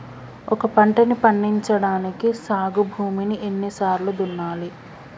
ఒక పంటని పండించడానికి సాగు భూమిని ఎన్ని సార్లు దున్నాలి?